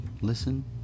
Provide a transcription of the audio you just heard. listen